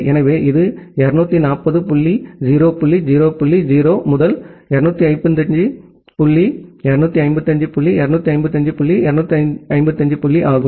எனவே இது 240 புள்ளி 0 புள்ளி 0 புள்ளி 0 முதல் 255 புள்ளி 255 புள்ளி 255 புள்ளி 255 ஆகும்